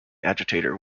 agitator